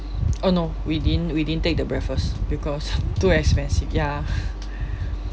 oh no we didn't we didn't take the breakfast because too expensive ya